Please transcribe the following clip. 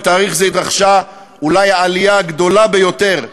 בתאריך זה התרחשה העלייה אולי הגדולה ביותר,